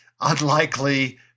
unlikely